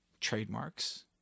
trademarks